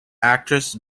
actress